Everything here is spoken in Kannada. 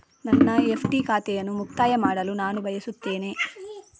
ನನ್ನ ಎಫ್.ಡಿ ಖಾತೆಯನ್ನು ಮುಕ್ತಾಯ ಮಾಡಲು ನಾನು ಬಯಸ್ತೆನೆ